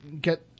get